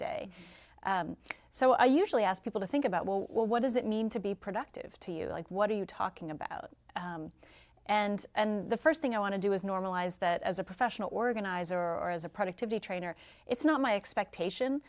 day so i usually ask people to think about well what does it mean to be productive to you like what are you talking about and the first thing i want to do is normalize that as a professional organizer or as a productivity trainer it's not my expectation